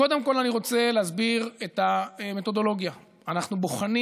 קודם כול אני רוצה להסביר את המתודולוגיה: אנחנו בוחנים